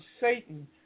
Satan